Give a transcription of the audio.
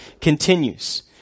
continues